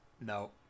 No